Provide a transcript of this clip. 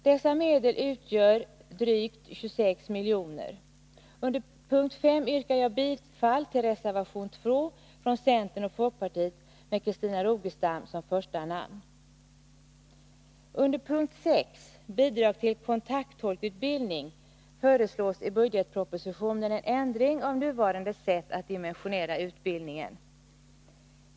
Dessa medel utgör drygt 26 milj.kr. 8 Riksdagens protokoll 1981/82:132-133 Under punkt 5 yrkar jag bifall till reservation 2 från centern och folkpartiet med Christina Rogestam som första namn. Under punkt 6, Bidrag till kontakttolkutbildning, föreslås i budgetpropositionen en ändring av nuvarande sätt att dimensionera utbildningen.